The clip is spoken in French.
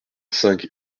cinq